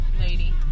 lady